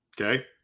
Okay